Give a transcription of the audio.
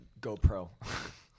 GoPro